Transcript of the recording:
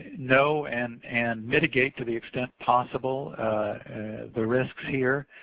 know and and mitigate to the extent possible the risks here.